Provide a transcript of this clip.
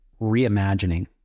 reimagining